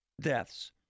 Deaths